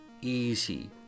easy